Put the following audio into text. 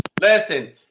Listen